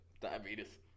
Diabetes